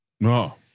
No